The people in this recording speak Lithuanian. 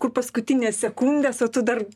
kur paskutinės sekundės o tu dar